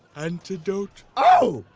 antidote? oh,